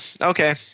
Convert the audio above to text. okay